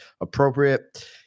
appropriate